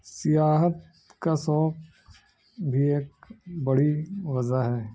سیاحت کا سوق بھی ایک بڑی وزہ ہے